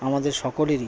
আমাদের সকলেরই